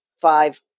five